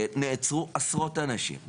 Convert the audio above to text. נתפסו עשרות אנשים,